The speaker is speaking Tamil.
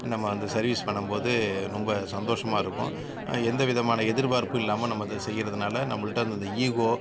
நம்ம அந்த சர்வீஸ் பண்ணும்போது ரொம்ப சந்தோஷமாக இருக்கும் எந்த விதமான எதிர்பார்ப்பும் இல்லாமல் நம்ம அதை செய்கிறதுனால நம்மகிட்ட இருந்த அந்த ஈகோ